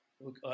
Look